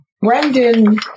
Brendan